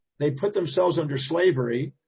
they put themselves under slavery.